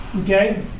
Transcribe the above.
Okay